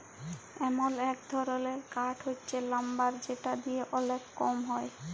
এমল এক ধরলের কাঠ হচ্যে লাম্বার যেটা দিয়ে ওলেক কম হ্যয়